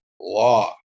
law